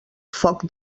foc